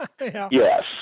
Yes